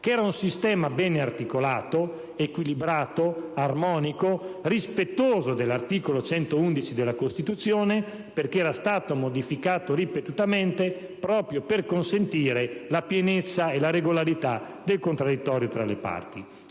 che era un sistema ben articolato, equilibrato, armonico e rispettoso dell'articolo 111 della Costituzione perché era stato modificato ripetutamente proprio per consentire la pienezza e la regolarità del contraddittorio tra le parti.